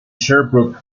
sherbrooke